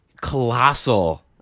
colossal